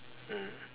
mm